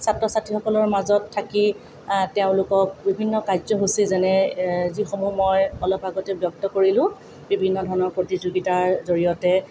ছাত্ৰ ছাত্ৰীসকলৰ মাজত থাকি তেওঁলোকক বিভিন্ন কাৰ্যসূচী যেনে যিসমূহ মই অলপ আগতে ব্যক্ত কৰিলোঁ বিভিন্ন ধৰণৰ প্ৰতিযোগিতাৰ জৰিয়তে